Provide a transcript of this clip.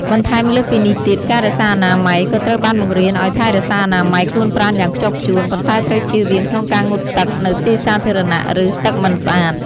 បន្ថែមលើសពីនេះទៀត ការរក្សាអនាម័យ ក៏ត្រូវបានបង្រៀនឱ្យថែរក្សាអនាម័យខ្លួនប្រាណយ៉ាងខ្ជាប់ខ្ជួន ប៉ុន្តែត្រូវជៀសវាងក្នុងការងូតទឹកនៅទីសាធារណៈ ឬ ទឹកមិនស្អាត។